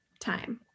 time